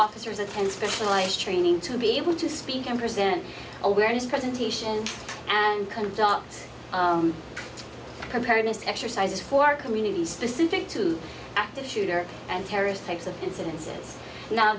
officers attend specialized training to be able to speak and present awareness presentation and conduct preparedness exercises for our community specific to active shooter and terrorist types of incidences now